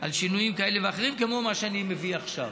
על שינויים כאלה ואחרים, כמו מה שאני מביא עכשיו.